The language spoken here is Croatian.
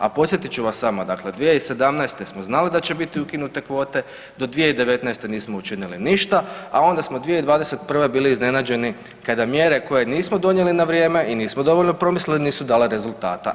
A podsjetit ću vas samo dakle 2017. smo znali da će biti ukinute kvote, do 2019. nismo učinili ništa, a onda smo 2021. bili iznenađeni kada mjere koje nismo donijeli na vrijeme i nismo dovoljno promislili nisu dale rezultata.